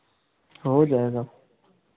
हो जाएगा